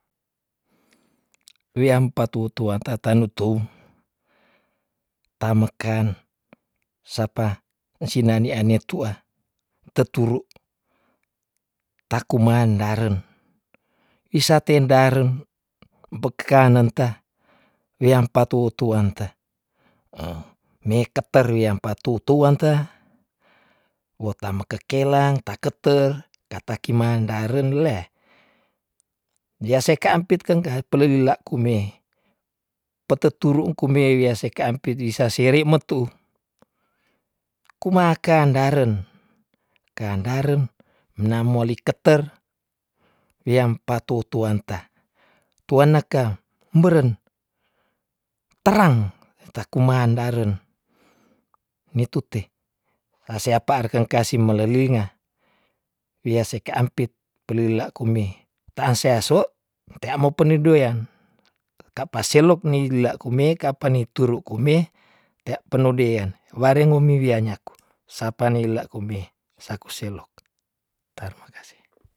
Weam pa tu tuanta- tanutou, tamekan sapa ensinani ane tua teturu takuman daren wisate daren beka nanta weam pa tu tuanta me keteriam pa tu tuanta, wo ta mekelang takete katakiman daren lea jase ka ampit keng kha pelelila kume pete turu kume wiase ka ampit wisasere metu, ku makan daren kan darem namo liketer weam pa tu tuanta, tu anaka meren perang eta kuman daren ni tute tase aparkeng kasi melelinga wea seka ampit pelila kume tang se aso teamo penidoyan tapa selok ni lila kume ka pa ni turu kume tea penu dean warengumi wea nyaku sapa nila kume saku selok tarimakase.